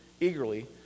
eagerly